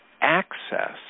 access